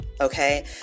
Okay